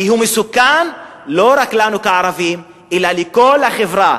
כי הוא מסוכן לא רק לנו כערבים אלא לכל החברה,